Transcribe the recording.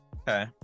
okay